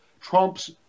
Trump's